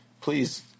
please